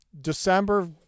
December